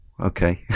okay